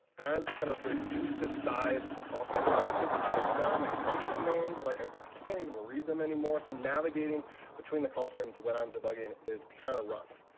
as you kind of reduce the size of the call stack, everything's going to shrink down. my function names, like i can't even read them anymore. so navigating between the call frames when i'm done blogging is kind of rough.